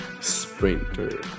sprinter